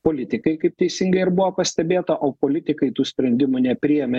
politikai kaip teisingai ir buvo pastebėta o politikai tų sprendimų nepriėmė